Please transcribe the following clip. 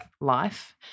life